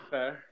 Fair